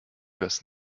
das